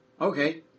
Okay